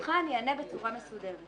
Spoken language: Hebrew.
ברשותך, אני אענה בצורה מסודרת.